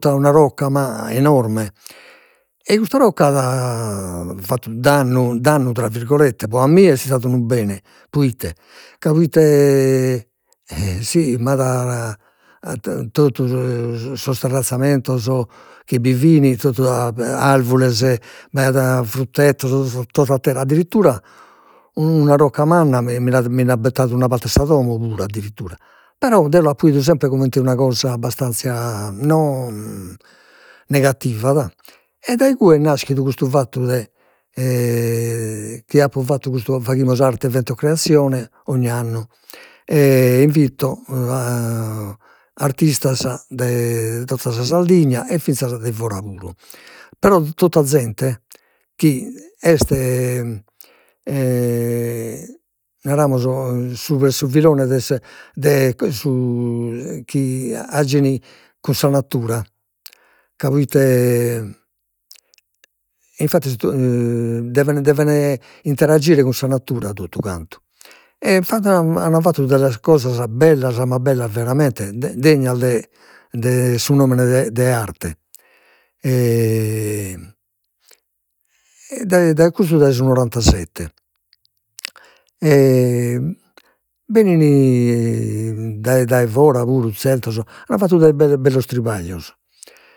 una rocca ma enorme, e custa rocca at fattu dannu dannu tra virgolette, pro a mie est istadu unu bene proite, ca proite si m'at sos terrazzamentos chi bi fin e tottu ar- arvures, b'aiat fruttetos, tott'a terra, addirittura una rocca manna mind'at mind'at bettadu una parte 'e sa domo puru addirittura, però deo l'apo idu comente una cosa abbastanzia no negativa dà, e dai igue est naschidu custu fattu de chi apo fattu custu, faghimus arte evento creazione ogni annu, e invito artistas de tota sa Sardigna e finzas de fora puru. Però tota zente chi est naramos supra 'e su filone de de su chi cun sa natura ca proite, e infattis deven deven interagire cun sa natura totu cantu, e an fattu de sas cosas bella ma bellas veramente, degnas de de su nomene de de arte e dai dai custu dai su nonantasette, e benin dae fora puru zertos, an fattu bellos tripaglios